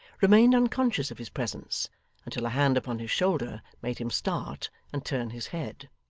remained unconscious of his presence until a hand upon his shoulder made him start and turn his head.